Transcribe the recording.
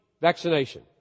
vaccination